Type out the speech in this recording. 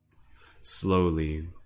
Slowly